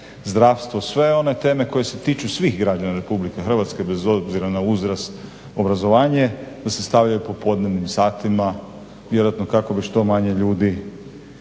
zdravstvo, sve one teme koje se tiču svih građana RH bez obzira na uzrast i obrazovanje da se stavljaju u popodnevnim satima vjerojatno kako bi što manje ljudi